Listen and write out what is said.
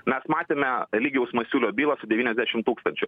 mes matėme eligijaus masiulio bylą su devyniasdešim tūkstančių